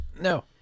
No